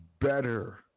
better